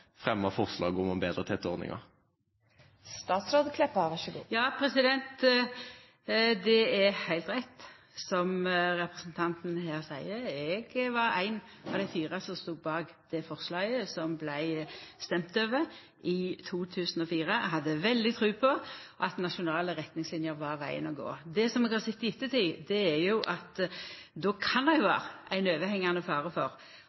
forslag om å bedre TT-ordningen? Det er heilt rett som representanten her seier. Eg var ein av dei som stod bak det forslaget som vart stemt over i 2003 – eg hadde veldig tru på at nasjonale retningslinjer var vegen å gå. Det eg har sett i ettertid, er at då kan det vera ein overhengande fare for